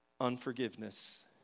unforgiveness